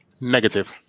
Negative